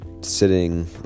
sitting